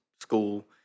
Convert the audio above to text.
school